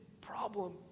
problem